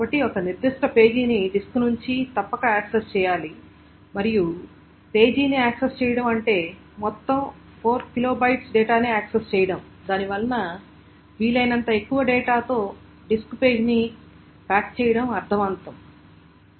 కాబట్టి ఒక నిర్దిష్ట పేజీని డిస్క్ నుండి తప్పక యాక్సెస్ చేయాలి మరియు పేజీని యాక్సెస్ చేయడం అంటే మొత్తం 4KB డేటాను యాక్సెస్ చేయడం దానివలన వీలైనంత ఎక్కువ డేటాతో డిస్క్ పేజీని ప్యాక్ చేయడం అర్ధవంతమే